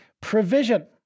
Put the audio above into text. provision